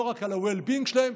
לא רק על ה-well being שלהם,